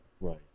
Right